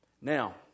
Now